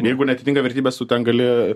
jeigu neatitinka vertybės tu ten gali